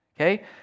Okay